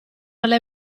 alle